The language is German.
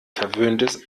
verwöhntes